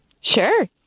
Sure